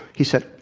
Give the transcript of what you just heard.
he said,